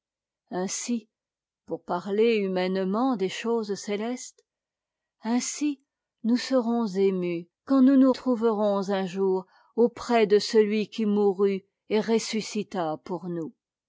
célestes ainsi nous serons émus quand nous nous trouverons un jour auprès de celui qui mourut et ressuscita pour nous